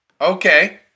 Okay